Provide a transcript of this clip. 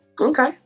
okay